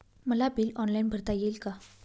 मला bill online भरता येईल का?